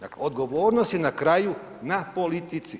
Dakle, odgovornost je na kraju na politici.